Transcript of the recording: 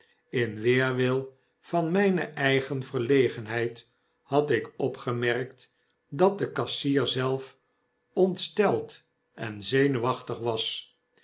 in weerwil van mpe eigen verlegenheid had ik opgemerkt dat de kassier zelf ontsteld en zenuwachtig was